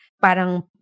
parang